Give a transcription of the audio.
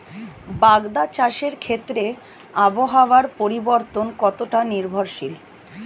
বাগদা চাষের ক্ষেত্রে আবহাওয়ার পরিবর্তন কতটা নির্ভরশীল?